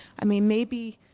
i mean, maybe